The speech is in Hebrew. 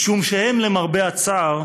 הם, למרבה הצער,